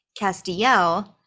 castiel